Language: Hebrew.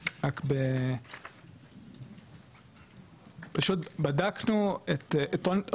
פשוט בדקנו את אותן שלוש קבוצות איך הן מתחלקות בכל תחום,